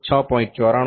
94 7